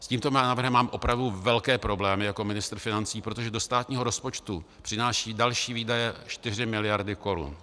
S tímto návrhem mám opravdu velké problémy jako ministr financí, protože do státního rozpočtu přináší další výdaje 4 miliardy korun.